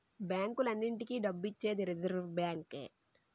బ్యాంకులన్నింటికీ డబ్బు ఇచ్చేది రిజర్వ్ బ్యాంకే